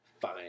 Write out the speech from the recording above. Fine